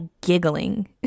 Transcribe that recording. giggling